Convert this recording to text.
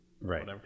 Right